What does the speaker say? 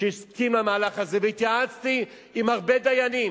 שהסכים למהלך הזה, והתייעצתי עם הרבה דיינים.